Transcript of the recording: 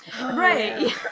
right